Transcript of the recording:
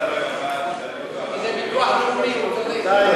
כי זה ביטוח לאומי, הוא צודק,